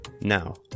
Now